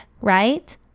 right